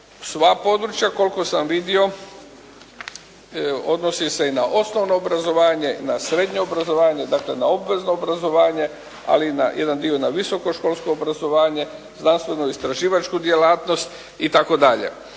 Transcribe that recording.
sva područja koliko sam vidio, odnosi se i na osnovno obrazovanje, na srednje obrazovanje, dakle na obvezno obrazovanje, ali jedan dio na visoko školsko obrazovanje, znanstveno-istraživačku djelatnost itd.